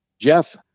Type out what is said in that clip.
Jeff